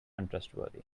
untrustworthy